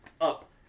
up